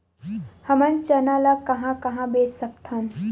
हमन चना ल कहां कहा बेच सकथन?